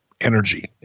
energy